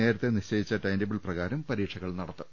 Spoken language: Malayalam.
നേരത്തെ നിശ്ചയിച്ചു ടൈംടേബിൾ പ്രകാരം പരീക്ഷകൾ നടക്കും